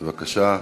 בבקשה.